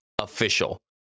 official